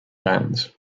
bands